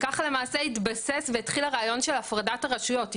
וככה למעשה התסס והתחיל הרעיון של הפרדת הרשויות,